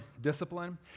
discipline